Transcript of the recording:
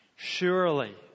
surely